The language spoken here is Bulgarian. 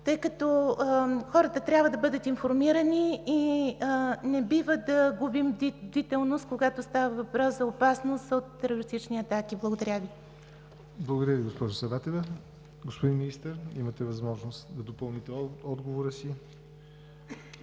тъй като хората трябва да бъдат информирани? Не бива да губим бдителност, когато става въпрос за опасност от терористични атаки. Благодаря Ви. ПРЕДСЕДАТЕЛ ЯВОР НОТЕВ: Благодаря Ви, госпожо Саватева. Господин Министър, имате възможност да допълните отговора си.